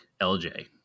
LJ